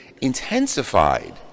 intensified